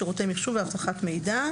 שירותי מחשוב ואבטחת מידע.